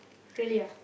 really ah